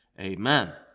amen